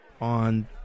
on